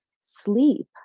sleep